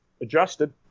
Adjusted